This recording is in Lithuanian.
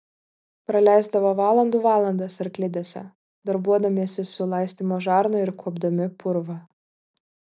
praleisdavo valandų valandas arklidėse darbuodamiesi su laistymo žarna ir kuopdami purvą